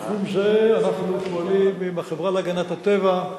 בתחום זה אנחנו פועלים עם החברה להגנת הטבע,